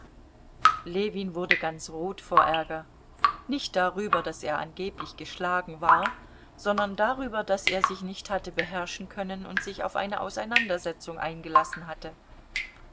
ljewin wurde ganz rot vor ärger nicht darüber daß er angeblich geschlagen war sondern darüber daß er sich nicht hatte beherrschen können und sich auf eine auseinandersetzung eingelassen hatte